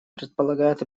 предполагает